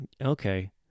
okay